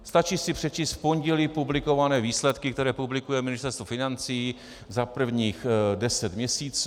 Stačí si přečíst v pondělí publikované výsledky, které publikuje Ministerstvo financí za prvních deset měsíců.